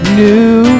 new